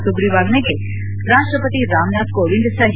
ಸುಗ್ರೀವಾಜ್ಞೆಗೆ ರಾಷ್ಕ್ರಪತಿ ರಾಮನಾಥ್ ಕೋವಿಂದ್ ಸಹಿ